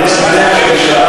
אתן רוצות לשחק,